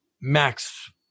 Max